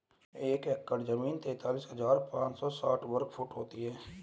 एक एकड़ जमीन तैंतालीस हजार पांच सौ साठ वर्ग फुट होती है